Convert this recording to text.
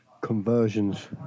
Conversions